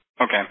Okay